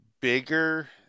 bigger